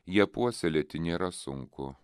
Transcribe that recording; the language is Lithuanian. ją puoselėti nėra sunku